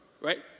right